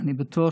אני בטוח